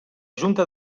junta